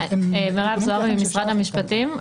משרד המשפטים.